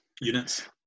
units